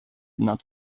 not